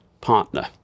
partner